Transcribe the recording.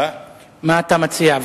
מה אתה מציע?